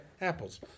apples